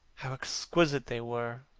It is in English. how exquisite they were!